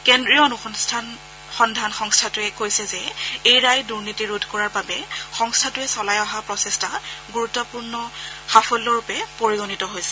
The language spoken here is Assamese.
কেন্দ্ৰীয় অনুসন্ধান সংস্থাটোৱে কৈছে যে এই ৰায় দূৰ্নীতি ৰোধ কৰাৰ বাবে সংস্থাটোৱে চলাই অহা প্ৰচেষ্টাৰ গুৰুত্পূৰ্ণ সাফল্যৰূপে পৰিগণিত হৈছে